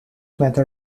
method